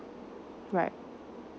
right